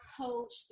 coach